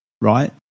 right